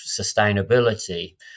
sustainability